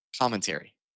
commentary